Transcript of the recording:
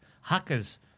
hackers